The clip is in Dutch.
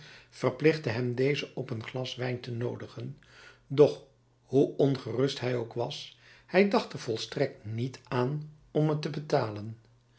verplichtte hem dezen op een glas wijn te noodigen doch hoe ongerust hij ook was hij dacht er volstrekt niet aan om het te betalen